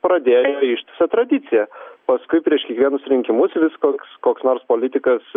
pradėjo ištisą tradiciją paskui prieš kiekvienus rinkimus vis koks koks nors politikas